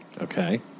Okay